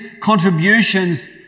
contributions